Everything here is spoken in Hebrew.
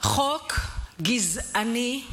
חוק גזעני,